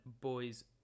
boys